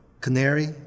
canary